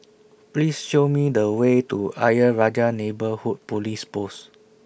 Please Show Me The Way to Ayer Rajah Neighbourhood Police Post